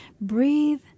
Breathe